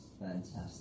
Fantastic